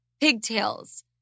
pigtails